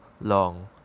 long